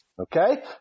Okay